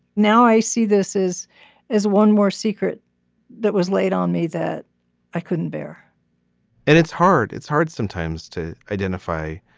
now, i see this is as one more secret that was laid on me that i couldn't bear and it's hard it's hard sometimes to identify.